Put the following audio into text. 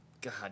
God